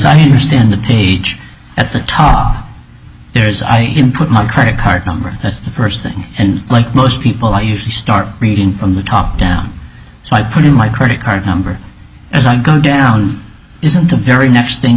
interest in the page at the top there is i can put my credit card number that's the first thing and like most people i usually start reading from the top down so i put in my credit card number as i go down isn't the very next thing